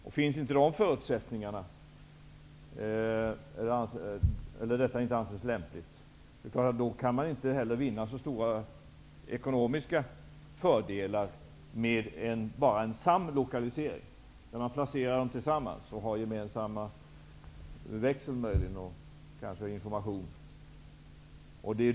Om förutsättningarna inte finns eller om det inte anses lämpligt kan man inte heller vinna så stora ekonomiska fördelar med enbart en samlokalisering, dvs. att man placerar sekretariaten tillsammans och möjligen har gemensam växel och informationsavdelning.